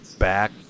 back